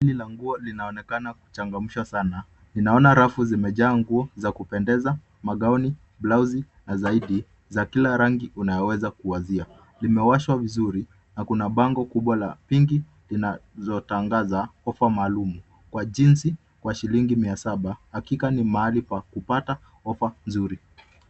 Kundi la nguo linaonekana kuchangamsha sana. Ninaona rafu zimejaa nguo za kupendeza, magauni, blausi na zaidi za kila rangi unaweza kuwazia. Limewashwa vizuri na kuna bango kubwa la pinki zinazotangaza offer maalumu, kwa jinsi ya shilingi mia saba, hakika ni mahali pa kupata offer mzuri.